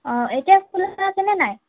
অ' এতিয়া খোলা আছেনে নাই